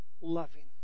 loving